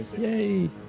Yay